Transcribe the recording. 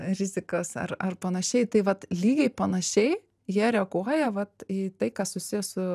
rizikas ar ar panašiai tai vat lygiai panašiai jie reaguoja vat į tai kas susiję su